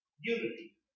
unity